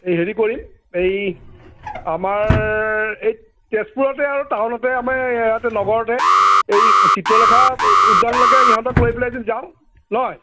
হেৰি কৰিম এই আমাৰ এই তেজপুৰতে আৰু টাউনতে আমি ইয়াতে নগৰতে এই চিত্ৰলেখা উদ্য়ানলৈকে ইহঁতক লৈ পেলাই যদি যাওঁ নহয়